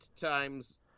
times